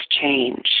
change